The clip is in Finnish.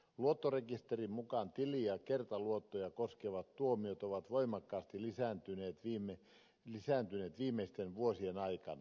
luottorekisterin mukaan tili ja kertaluottoja koskevat tuomiot ovat voimakkaasti lisääntyneet viimeisten vuosien aikana